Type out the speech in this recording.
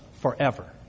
forever